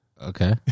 Okay